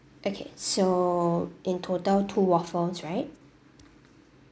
okay so in total two waffles right